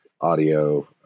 audio